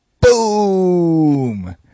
Boom